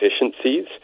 efficiencies